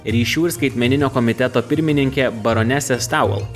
ryšių ir skaitmeninio komiteto pirmininkė baronesė stauvel